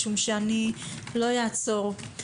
משום שאני לא אעצור.